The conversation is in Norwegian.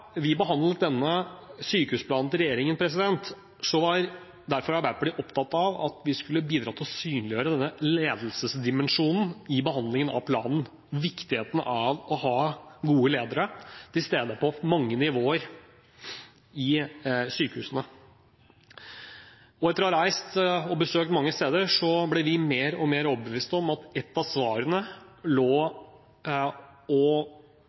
vi behandlet sykehusplanen til regjeringen, var Arbeiderpartiet derfor opptatt av at vi skulle bidra til å synliggjøre denne ledelsesdimensjonen i behandlingen av planen, viktigheten av å ha gode ledere til stede på mange nivåer i sykehusene. Etter å ha reist og besøkt mange steder ble vi mer og mer overbevist om at ett av svarene lå i det å omfavne denne ideen om at ledere og